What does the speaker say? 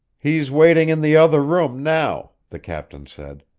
he's waiting in the other room now, the captain said.